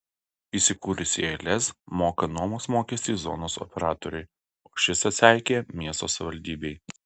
įsikūrusieji lez moka nuomos mokestį zonos operatoriui o šis atseikėja miesto savivaldybei